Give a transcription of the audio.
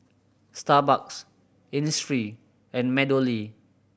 Starbucks Innisfree and MeadowLea